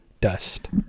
dust